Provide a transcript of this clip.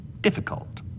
difficult